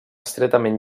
estretament